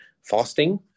fasting